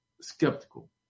skeptical